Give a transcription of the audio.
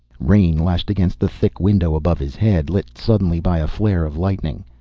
rain lashed against the thick window above his head, lit suddenly by a flare of lightning.